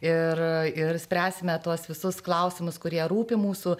ir ir spręsime tuos visus klausimus kurie rūpi mūsų